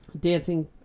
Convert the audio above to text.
dancing